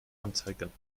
anzeigen